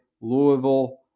Louisville